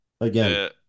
again